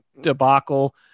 debacle